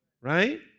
right